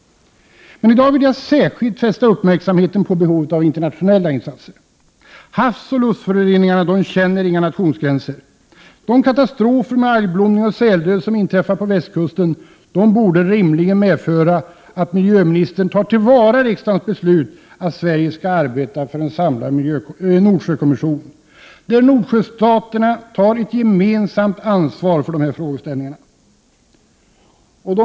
Men i dag vill jag särskilt fästa uppmärksamheten på behovet av internationella insatser. Havsoch luftföroreningarna känner inga nationsgränser. De katastrofer med algblomning och säldöd som inträffade på västkusten borde rimligen medföra att miljöministern tar till vara riksdagens beslut om att Sverige skall arbeta för en samlad Nordsjökommission där Nordsjöstaterna tar ett gemensamt ansvar för dessa frågeställningar.